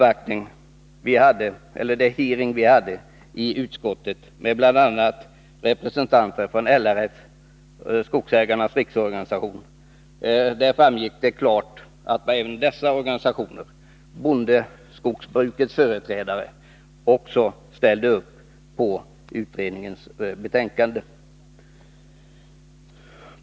Av den hearing vi hade i utskottet med Lag om spridning representanter från LRF och Skogsägareföreningarnas riksförbund framgick av bekämpningsdet klart att även dessa organisationer — bondeskogsbrukets företrädare — medel över skogsställde upp på utredningens betänkande.